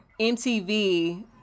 MTV